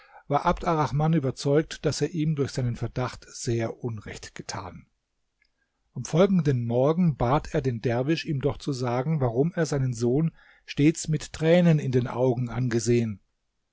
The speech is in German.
abd arrahman überzeugt daß er ihm durch seinen verdacht sehr unrecht getan am folgenden morgen bat er den derwisch ihm doch zu sagen warum er seinen sohn stets mit tränen in den augen angesehen